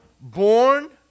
born